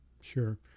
sure